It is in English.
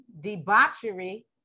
debauchery